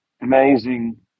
amazing